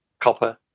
copper